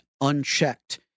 unchecked